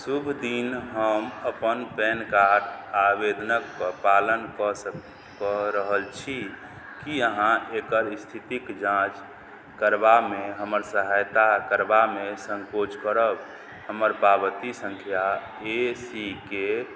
शुभ दिन हम अपन पैन कार्ड आवेदनके पालन कऽ रहल छी कि अहाँ एकर इस्थितिके जाँच करबामे हमर सहायताके लेल सँकोच करब हमर पावती सँख्या ए पी के